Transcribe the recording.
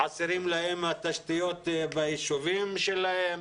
חסרות להם התשתיות ביישובים שלהם.